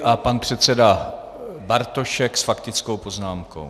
A pan předseda Bartošek s faktickou poznámkou.